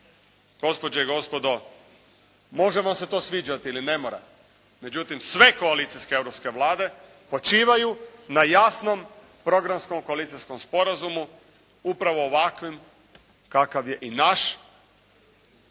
Gospođe i gospodo, može vam se to sviđati ili ne mora, međutim sve koalicijske europske Vlade počivaju na jasnom programskom koalicijskom sporazumu upravo ovakvom kakav je i naš.